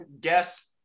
guess